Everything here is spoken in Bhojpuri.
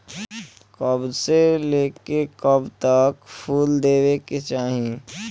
कब से लेके कब तक फुल देवे के चाही?